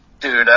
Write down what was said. Dude